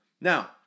Now